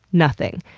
nothing.